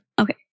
Okay